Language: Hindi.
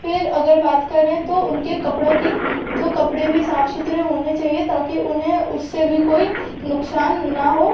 फिर अगर बात करें तो उनके कपड़ों की तो कपड़े भी साफ सुथरे होने चाहिए ताकि उन्हें उससे भी कोई नुकसान ना हो